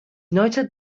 noted